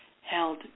held